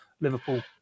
Liverpool